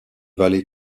vallée